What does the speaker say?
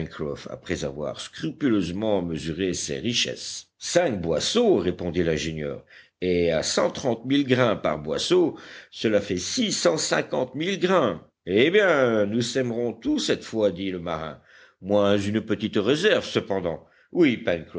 après avoir scrupuleusement mesuré ses richesses cinq boisseaux répondit l'ingénieur et à cent trente mille grains par boisseau cela fait six cent cinquante mille grains eh bien nous sèmerons tout cette fois dit le marin moins une petite réserve cependant oui